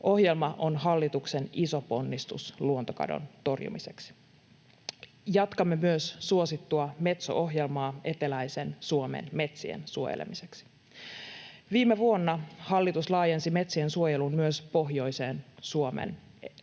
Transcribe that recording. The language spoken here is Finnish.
Ohjelma on hallituksen iso ponnistus luontokadon torjumiseksi. Jatkamme myös suosittua Metso-ohjelmaa eteläisen Suomen metsien suojelemiseksi. Viime vuonna hallitus laajensi metsien suojelun myös pohjoiseen